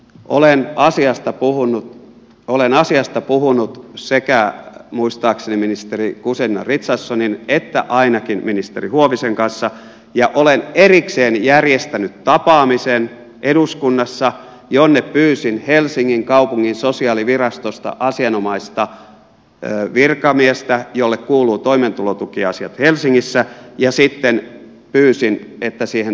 olen asiasta puhunut muistaakseni sekä ministeri guzenina richardsonin että ainakin ministeri huovisen kanssa ja olen erikseen järjestänyt tapaamisen eduskunnassa jonne pyysin helsingin kaupungin sosiaalivirastosta asianomaista virkamiestä jolle kuuluvat toimeentulotukiasiat helsingissä ja sitten pyysin että siihen tulisi ministeri